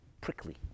prickly